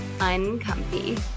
uncomfy